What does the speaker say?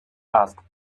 asked